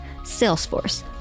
salesforce